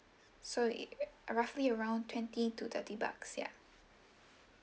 so it roughly around twenty to thirty bucks ya